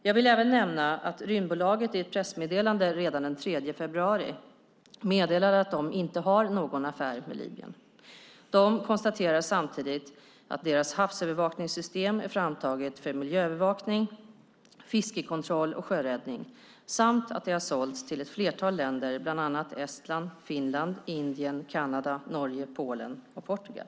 Jag vill även nämna att Rymdbolaget i ett pressmeddelande redan den 3 februari meddelade att de inte har någon affär med Libyen. De konstaterade samtidigt att deras havsövervakningssystem är framtaget för miljöövervakning, fiskekontroll och sjöräddning, samt att det har sålts till ett flertal länder, bland annat Estland, Finland, Indien, Kanada, Norge, Polen och Portugal.